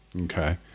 okay